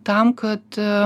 tam kad